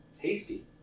Tasty